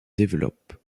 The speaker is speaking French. développe